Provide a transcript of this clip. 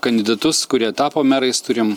kandidatus kurie tapo merais turim